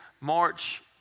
March